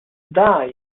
die